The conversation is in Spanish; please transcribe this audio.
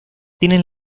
tienen